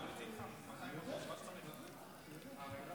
ההצעה להעביר את